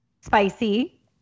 spicy